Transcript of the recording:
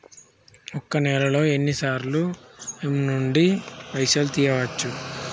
ఒక్క నెలలో ఎన్నిసార్లు ఏ.టి.ఎమ్ నుండి పైసలు తీయచ్చు?